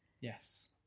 Yes